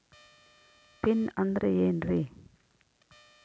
Pin ಅಂದ್ರೆ ಏನ್ರಿ?